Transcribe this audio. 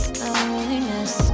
loneliness